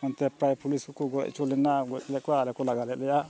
ᱚᱱᱛᱮ ᱯᱨᱟᱭ ᱯᱩᱞᱤᱥ ᱦᱚᱸᱠᱚ ᱜᱚᱡ ᱦᱚᱪᱚ ᱞᱮᱱᱟ ᱜᱚᱡ ᱞᱮᱫ ᱠᱚᱣᱟ ᱟᱨᱠᱚ ᱞᱟᱜᱟ ᱞᱮᱫ ᱞᱮᱭᱟ